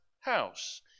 house